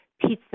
pizza